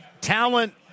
talent